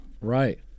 Right